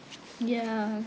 ya